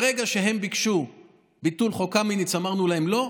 ברגע שהם ביקשו את ביטול חוק קמיניץ ואמרנו להם לא,